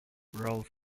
rolls